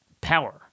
power